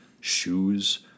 shoes